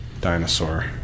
Dinosaur